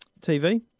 TV